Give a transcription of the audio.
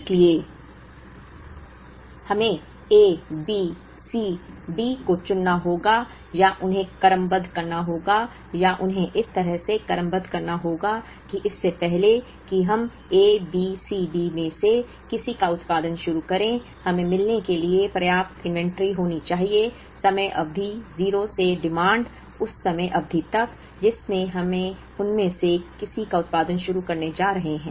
इसलिए हमें A B C D को चुनना होगा या उन्हें क्रमबद्ध करना होगा या उन्हें इस तरह से क्रमबद्ध करना होगा कि इससे पहले कि हम A B C D में से किसी एक का उत्पादन शुरू करें हमें मिलने के लिए पर्याप्त सूची होनी चाहिए समय अवधि 0 से मांग उस समय अवधि तक जिसमें हम उनमें से किसी का उत्पादन शुरू करने जा रहे हैं